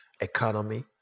economy